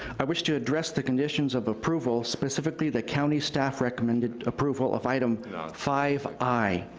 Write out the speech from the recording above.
i wish to address the conditions of approval, specifically the county staff recommended approval of item five i,